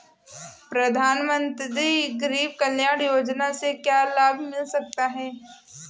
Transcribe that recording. प्रधानमंत्री गरीब कल्याण योजना से क्या लाभ मिल सकता है?